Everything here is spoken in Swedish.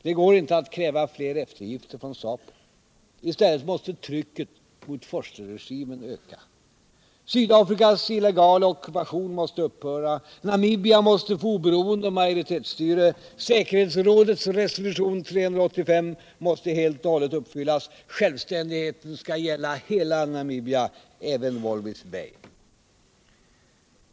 Det går inte att kräva flera eftergifter från SWAPO. I stället måste nu trycket mot Vorsterregimen öka. Sydafrikas illegala ockupation måste upphöra. Namibia måste få oberoende och majoritetsstyre. Säkerhetsrådets resolution 385 måste helt och hållet uppfyllas. Självständigheten skall gälla hela Namibia, även Walvis Bay.